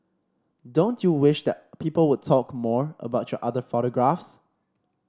don't you wish that people would talk more about your other photographs